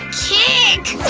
kick!